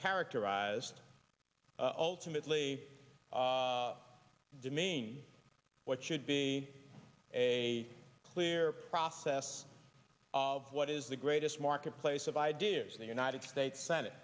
characterized ultimately to mean what should be a clear process of what is the greatest marketplace of ideas in the united states senate